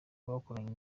bakoranye